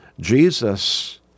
Jesus